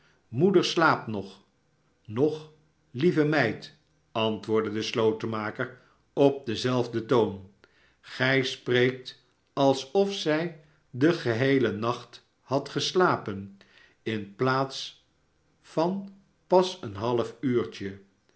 moeder slaapt nog nog lieve meid antwoordde de slotenmaker op denzelfden toon gij spreekt alsof zij den geheelen nacht had geslapen in plaats van pas een half uurtje